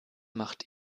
macht